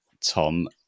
Tom